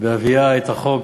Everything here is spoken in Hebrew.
בהביאה את החוק